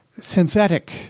synthetic